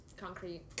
concrete